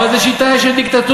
אבל זאת שיטה של דיקטטורה.